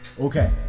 Okay